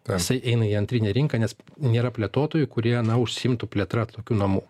jisai eina į antrinę rinką nes nėra plėtotojų kurie na užsiimtų plėtra tokių namų